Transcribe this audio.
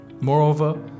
Moreover